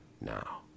now